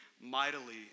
mightily